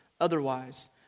Otherwise